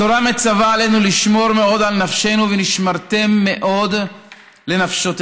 התורה מצווה עלינו לשמור מאוד על נפשנו: "ונשמרתם מאד לנפשתיכם".